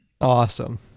Awesome